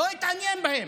הוא לא התעניין בהם.